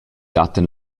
dattan